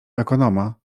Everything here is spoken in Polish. ekonoma